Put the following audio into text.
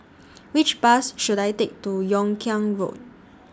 Which Bus should I Take to Yung Kuang Road